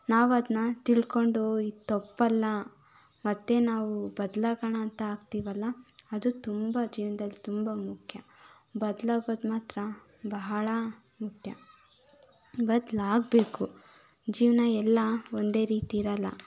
ನಾವದನ್ನ ತಿಳ್ಕೊಂಡು ಇದು ತಪ್ಪಲ್ಲ ಮತ್ತು ನಾವು ಬದ್ಲಾಗೋಣ ಅಂತ ಆಗ್ತೀವಲ್ಲ ಅದು ತುಂಬ ಜೀವನ್ದಲ್ಲಿ ತುಂಬ ಮುಖ್ಯ ಬದ್ಲಾಗೋದು ಮಾತ್ರ ಬಹಳ ಮುಖ್ಯ ಬದಲಾಗ್ಬೇಕು ಜೀವನ ಎಲ್ಲ ಒಂದೇ ರೀತಿ ಇರೋಲ್ಲ